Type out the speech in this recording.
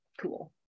cool